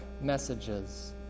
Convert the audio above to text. messages